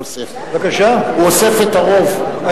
הוא אוסף את הרוב.